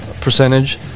percentage